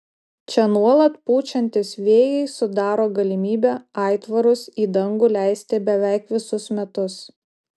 čia nuolat pučiantys vėjai sudaro galimybę aitvarus į dangų leisti beveik visus metus